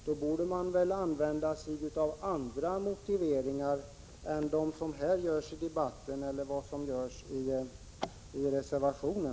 Då borde man väl använda sig av andra motiveringar än dem som framförs i debatten och dem som finns i reservationen.